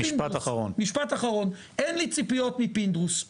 אין לי ציפיות מפינדרוס,